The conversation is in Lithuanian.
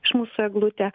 iš mūsų eglutę